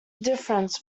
difference